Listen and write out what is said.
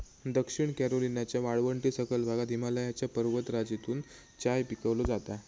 दक्षिण कॅरोलिनाच्या वाळवंटी सखल भागात हिमालयाच्या पर्वतराजीतून चाय पिकवलो जाता